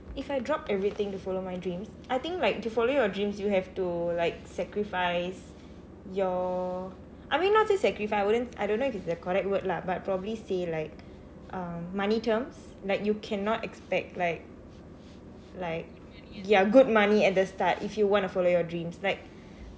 if I drop everything to follow my dreams I think like to follow your dreams you have to like sacrifice your I mean not say sacrifice I wouldn't I don't know if it's the correct word lah but probably say like err money terms like you cannot expect like like good money at the start if you want to follow your dream like